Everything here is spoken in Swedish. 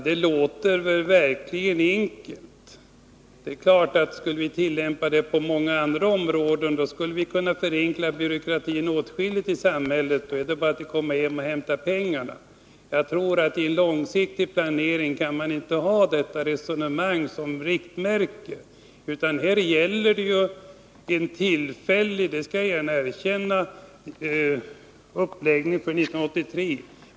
Det låter verkligen enkelt. Skulle vi tillämpa den metoden på många andra områden, skulle vi kunna förenkla byråkratin åtskilligt i samhället, då är det bara att komma och hämta pengarna. I en långsiktig planering kan man inte ha detta resonemang som riktmärke, utan här gäller det en tillfällig — det skall jag gärna erkänna — uppläggning för 1983.